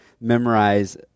memorize